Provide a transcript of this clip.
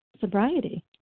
sobriety